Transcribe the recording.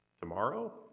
tomorrow